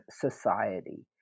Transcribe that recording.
society